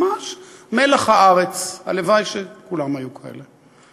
ממש מלח הארץ, הלוואי שכולם היו כאלה.